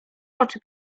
oczy